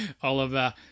Oliver